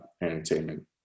entertainment